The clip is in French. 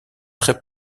très